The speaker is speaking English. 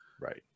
Right